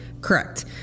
Correct